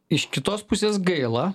iš kitos pusės gaila